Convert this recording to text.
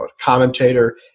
commentator